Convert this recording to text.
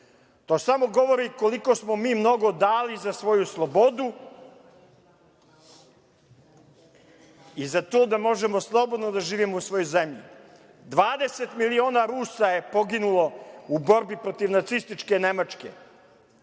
To samo govorili koliko smo mi mnogo dali za svoju slobodu i za to da možemo slobodno da živimo u svojoj zemlji. Dvadeset miliona Rusa je poginulo u borbi protiv nacističke Nemačke